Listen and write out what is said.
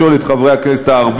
לשאול את חברי הכנסת הערבים,